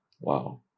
Wow